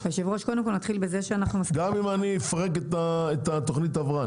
גם אם אני אפרק את תוכנית ההבראה.